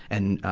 and, ah,